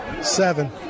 Seven